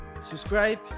subscribe